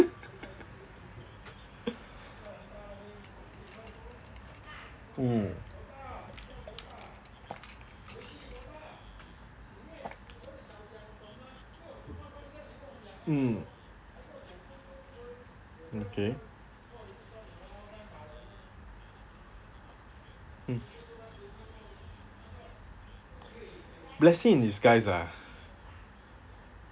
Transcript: mm mm okay mm blessing in disguise ah